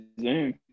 Zoom